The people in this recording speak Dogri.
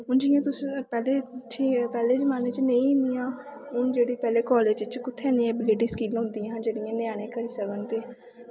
हून जियां तुस पैह्लें पैह्ले जमान्ने च नेईं इन्नियां जेह्ड़ियां हून जेह्ड़ी पैह्ले कालेज़ च कु'त्थें इन्नियां ऐबलिटी स्कीमां होंदियां हां जेह्ड़ियां ञ्यानें करी सकन ते